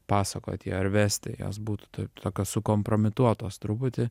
pasakoti ar vesti jos būtų tai tokios sukompromituotos truputį